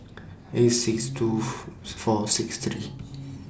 eight six two four six three